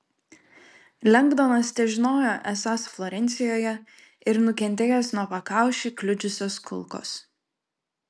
lengdonas težinojo esąs florencijoje ir nukentėjęs nuo pakaušį kliudžiusios kulkos